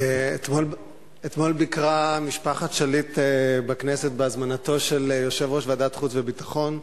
אתמול ביקרה משפחת שליט בכנסת בהזמנתו של יושב-ראש ועדת החוץ והביטחון.